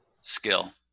Skill